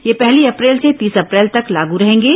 ये पहली अप्रैल से तीस अप्रैल तक लागू रहेंगे